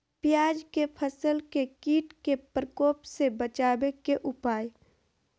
प्याज के फसल के कीट के प्रकोप से बचावे के उपाय?